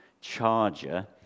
charger